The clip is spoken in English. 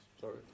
sorry